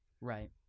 Right